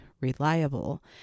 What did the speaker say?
reliable